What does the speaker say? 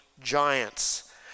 giants